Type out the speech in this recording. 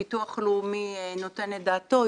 ביטוח לאומי נותן את דעתו,